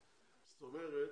זאת אומרת,